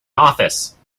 office